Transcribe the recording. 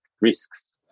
risks